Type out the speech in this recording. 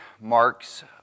marks